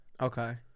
Okay